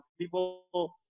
people